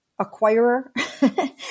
acquirer